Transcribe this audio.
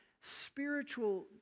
spiritual